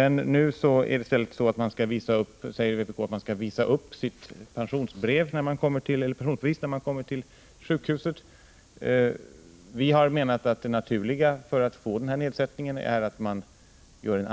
säger nu att pensionären skall visa upp sitt pensionsbevis när han kommer till sjukhuset. Vi menar i utskottsmajoriteten att det naturliga är att pensionären gör en ansökan om att få en nedsättning.